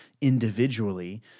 individually